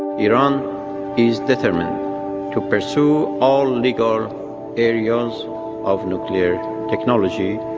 iran is determined to pursue all legal areas of nuclear technology,